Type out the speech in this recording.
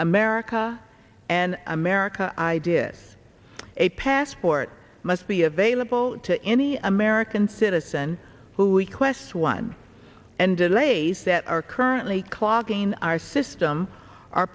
america and america ideas a passport must be available to any american citizen who requests one and delays that are currently clogging our system are